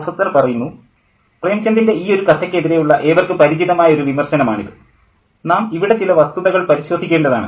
professor പ്രേംചന്ദിൻ്റെ ഈയൊരു കഥയ്ക്കെതിരെ ഉള്ള ഏവർക്കും പരിചിതമായ ഒരു വിമർശനമാണിത് നാം ഇവിടെ ചില വസ്തുതകൾ പരിശോധിക്കേണ്ടതാണ്